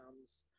comes